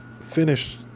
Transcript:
finish